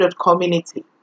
community